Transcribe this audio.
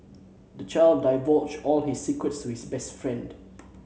the child divulged all his secrets to his best friend